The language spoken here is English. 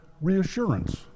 reassurance